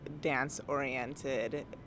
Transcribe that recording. dance-oriented